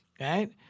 right